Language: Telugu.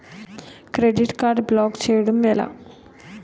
క్రెడిట్ కార్డ్ బ్లాక్ చేయడం ఎలా?